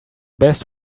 best